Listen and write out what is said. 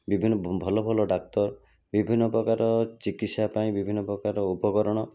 ବିଭିନ୍ନ ଭଲ ଭଲ ଡାକ୍ତର ବିଭିନ୍ନ ପ୍ରକାର ଚିକିତ୍ସା ପାଇଁ ବିଭିନ୍ନ ପ୍ରକାରର ଉପକରଣ